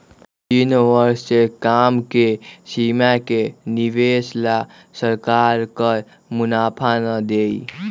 तीन वर्ष से कम के सीमा के निवेश ला सरकार कर मुनाफा ना देई